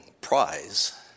prize